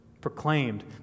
proclaimed